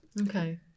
Okay